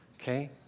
Okay